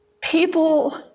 people